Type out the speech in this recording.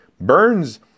Burns